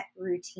routine